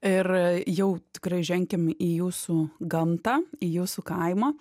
ir jau tikrai ženkim į jūsų gamtą į jūsų kaimą